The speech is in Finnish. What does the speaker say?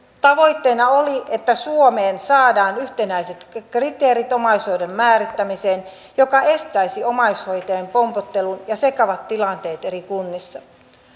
tavoitteena oli että suomeen saadaan yhtenäiset kriteerit omaishoidon määrittämiseen mikä estäisi omaishoitajien pompottelun ja sekavat tilanteet eri kunnissa